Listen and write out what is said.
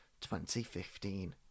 2015